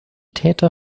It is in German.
täter